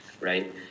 Right